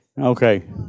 Okay